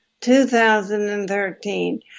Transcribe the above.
2013